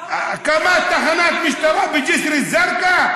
תחנת משטרה בג'יסר א-זרקא?